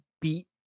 beat